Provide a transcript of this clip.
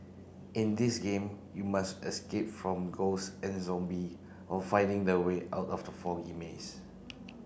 in this game you must escape from ghosts and zombie while finding the way out of the foggy maze